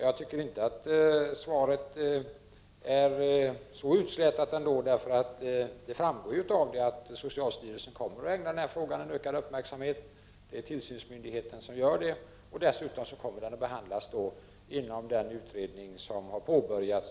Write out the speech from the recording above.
Jag tycker inte att svaret är utslätat. Det framgår av det, att socialstyrelsen kommer att ägna frågan en ökad uppmärksamhet. Det är tillsynsmyndigheten som gör det. Dessutom kommer frågan att behandlas inom en utredning som har påbörjats.